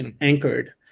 anchored